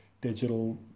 digital